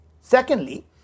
Secondly